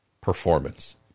performance